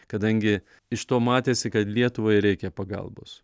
kadangi iš to matėsi kad lietuvai reikia pagalbos